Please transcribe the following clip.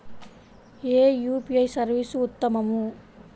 ఏ UPI service ఉత్తమము?